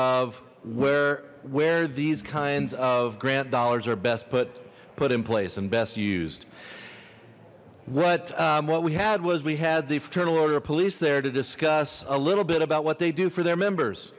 of where where these kinds of grant dollars are best put put in place and best used what what we had was we had the fraternal order of police there to discuss a little bit about what they do for their members